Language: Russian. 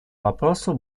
вопросу